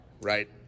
right